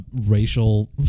racial